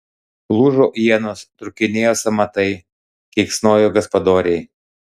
lūžo ienos trūkinėjo sąmatai keiksnojo gaspadoriai